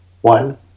One